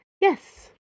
yes